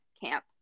camp